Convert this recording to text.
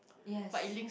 yes